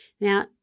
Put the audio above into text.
Now